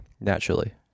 naturally